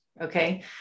Okay